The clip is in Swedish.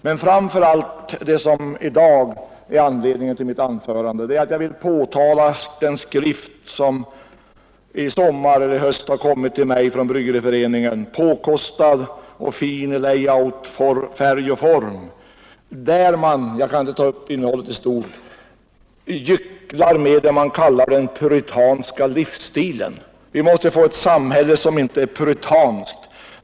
Men jag vill i dag framför allt påtala den skrift som i höst har kommit till mig från Bryggareföreningen, påkostad och fin i layout, färg och form, där man — jag skall inte ta upp innehållet i stort — gycklar med vad man kallar den puritanska livsstilen. Vi måste få ett samhälle som inte är puritanskt.